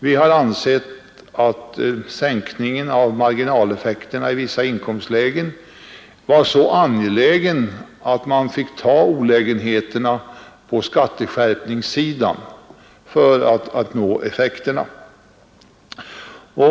Vi har ansett att sänkningen av marginaleffekten i vissa inkomstlägen var så angelägen att man fick ta olägenheterna av en skatteskärpning för att nå de önskade effekterna.